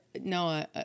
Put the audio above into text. no